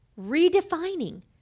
redefining